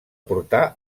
portar